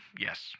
Yes